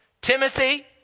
Timothy